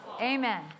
Amen